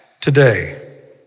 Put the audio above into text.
today